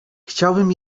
chciałbym